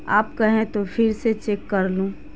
آپ کہیں تو پھر سے چیک کر لوں